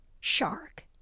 Shark